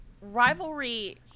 rivalry